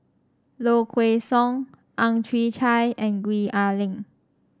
Low Kway Song Ang Chwee Chai and Gwee Ah Leng